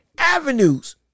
Avenues